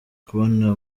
kubona